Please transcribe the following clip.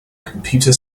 computer